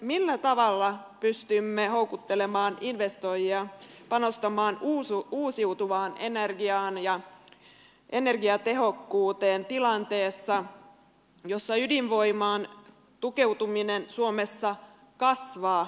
millä tavalla pystymme houkuttelemaan investoijia panostamaan uusiutuvaan energiaan ja energiatehokkuuteen tilanteessa jossa ydinvoimaan tukeutuminen suomessa kasvaa vahvasti